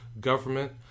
government